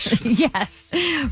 Yes